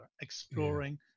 exploring